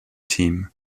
team